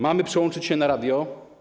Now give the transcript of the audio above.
Mamy przełączyć się na radio?